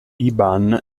iban